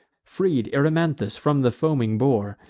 freed erymanthus from the foaming boar,